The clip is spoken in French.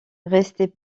restait